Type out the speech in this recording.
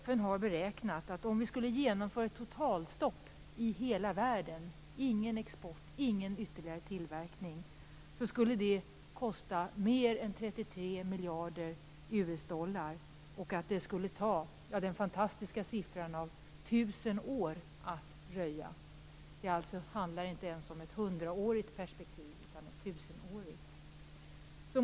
FN har beräknat att om vi skulle genomföra ett totalstopp i hela världen - ingen export, ingen ytterligare tillverkning - skulle det kosta mer än 33 miljarder US dollar. Det skulle dessutom ta den fantastiska siffran av 1 000 år att röja. Det handlar alltså inte om ett hundraårigt perspektiv, utan om ett tusenårigt.